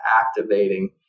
activating